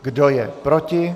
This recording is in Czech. Kdo je proti?